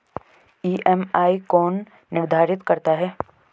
EMI कौन निर्धारित करता है?